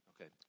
Okay